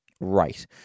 right